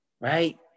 Right